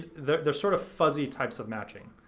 they're they're sort of fuzzy types of matching.